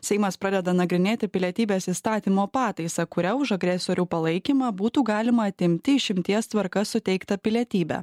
seimas pradeda nagrinėti pilietybės įstatymo pataisą kuria už agresorių palaikymą būtų galima atimti išimties tvarka suteiktą pilietybę